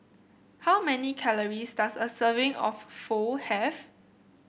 how many calories does a serving of Pho have